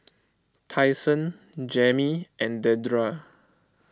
Tyson Jammie and Dedra